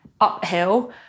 Uphill